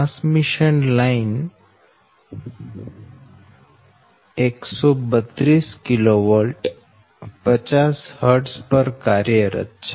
transmission line 132 kV 50 Hz પર કાર્યરત છે